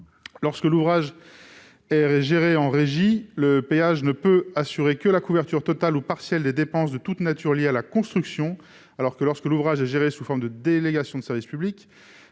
Lorsque l'ouvrage est géré en régie, le péage ne peut assurer que la couverture totale ou partielle des dépenses de toute nature liées à la construction. En revanche, lorsque l'ouvrage est géré sous forme de délégation de service public,